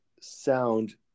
sound